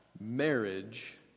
Marriage